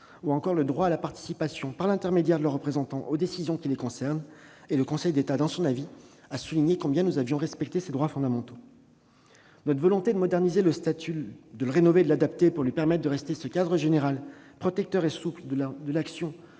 ou encore le droit à la participation des agents, par l'intermédiaire de leurs représentants, aux décisions qui les concernent. Le Conseil d'État, dans son avis, a souligné que nous avions respecté ces droits fondamentaux. Notre volonté de moderniser le statut, de le rénover, de l'adapter pour lui permettre de rester ce cadre général, protecteur et souple, de l'action